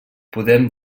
podem